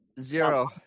Zero